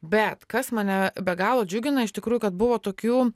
bet kas mane be galo džiugina iš tikrųjų kad buvo tokių